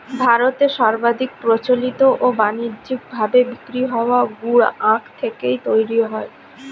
ভারতে সর্বাধিক প্রচলিত ও বানিজ্যিক ভাবে বিক্রি হওয়া গুড় আখ থেকেই তৈরি হয়